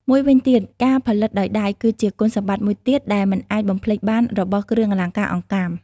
មួយវិញទៀត ការផលិតដោយដៃ គឺជាគុណសម្បត្តិមួយទៀតដែលមិនអាចបំភ្លេចបានរបស់គ្រឿងអលង្ការអង្កាំ។